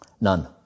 None